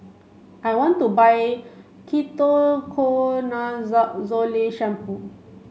I want to buy shampoo